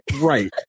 Right